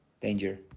danger